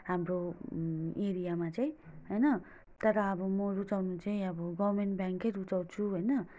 हाम्रो एरियामा चाहिँ होइन तर अब म रुचाउनु चाहिँ अब गर्मेन्ट ब्याङ्ककै रुचाउँछु होइन